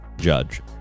judge